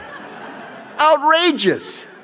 Outrageous